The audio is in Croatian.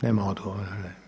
Nema odgovora?